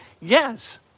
Yes